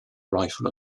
rifle